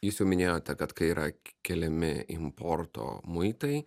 jūs jau minėjote kad kai yra keliami importo muitai